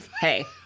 Hey